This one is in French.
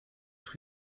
être